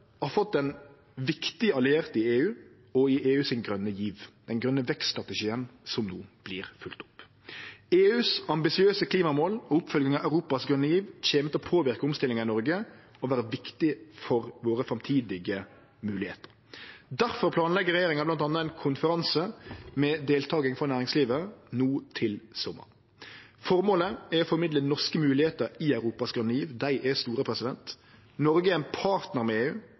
har fått ein viktig alliert i EU og i EUs grøne giv, den grøne vekststrategien som no vert følgd opp. EUs ambisiøse klimamål og oppfølginga av EUs grøne giv kjem til å påverke omstillinga i Noreg og vere viktig for våre framtidige moglegheiter. Derfor planlegg regjeringa bl.a. ein konferanse med deltaking frå næringslivet no til sommaren. Føremålet er å formidle norske moglegheiter i Europas grøne giv. Dei er store. Noreg er ein partner med EU